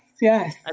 yes